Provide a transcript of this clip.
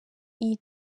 iyi